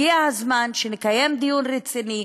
הגיע הזמן שנקיים דיון רציני,